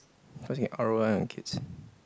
cause you can R_O_I on kids